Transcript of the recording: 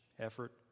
Effort